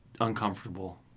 uncomfortable